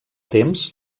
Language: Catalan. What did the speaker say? temps